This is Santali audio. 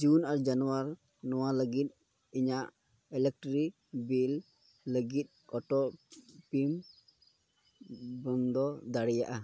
ᱡᱩᱱ ᱟᱨ ᱡᱟᱱᱣᱟᱨ ᱱᱚᱣᱟ ᱞᱟᱹᱜᱤᱫ ᱤᱧᱟᱹᱜ ᱤᱞᱮᱠᱴᱨᱤ ᱵᱤᱞ ᱞᱟᱹᱜᱤᱫ ᱳ ᱴᱤ ᱯᱤ ᱵᱚᱱᱫᱚ ᱫᱟᱲᱮᱭᱟᱜᱼᱟ